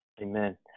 Amen